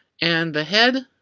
and the head,